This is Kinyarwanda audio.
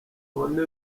ubone